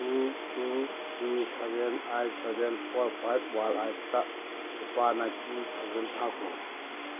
two two three seven eight seven four ꯐꯥꯏꯕ one ꯑꯩꯠꯇ ꯂꯨꯄꯥ ꯅꯥꯏꯟꯇꯤ ꯊꯥꯎꯖꯟ ꯊꯥꯈꯣ